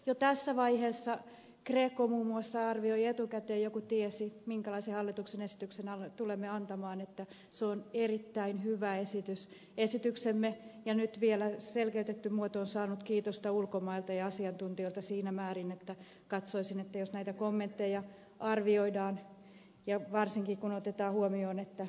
itse ajattelen että greco muun muassa arvioi jo etukäteen joku tiesi minkälaisen hallituksen esityksen tulemme antamaan että se on erittäin hyvä esitys ja esityksemme ja nyt vielä selkeytetty muoto ovat saaneet kiitosta ulkomailta ja asiantuntijoilta siinä määrin että katsoisin että jos näitä kommentteja arvioidaan ja varsinkin kun otetaan huomioon että ed